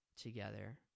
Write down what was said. together